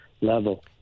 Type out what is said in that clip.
level